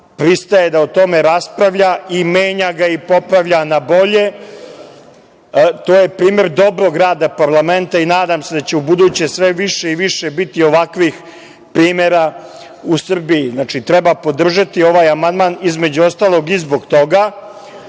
pristaje da o tome raspravlja i menja ga i popravlja na bolje. To je primer dobrog rada parlamenta i nadam se da će ubuduće sve više i više biti ovakvih primera u Srbiji. Znači, treba podržati ovaj amandman, između ostalog, i zbog toga,